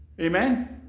Amen